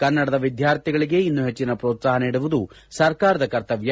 ಕನ್ನಡದ ವಿದ್ಯಾರ್ಥಿಗಳಿಗೆ ಇನ್ನೂ ಹೆಚ್ಚಿನ ಪೋತ್ಲಾಹ ನೀಡುವುದು ಸರ್ಕಾರದ ಕರ್ತವ್ಯ